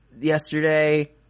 yesterday